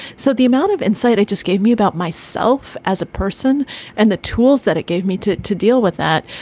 so the amount of insight i just gave me about myself as a person and the tools that it gave me to to deal with that.